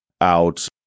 out